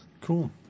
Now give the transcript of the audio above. Cool